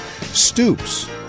stoops